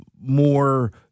more